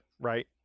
right